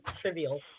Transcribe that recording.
trivial